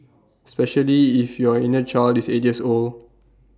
especially if your inner child is eight years old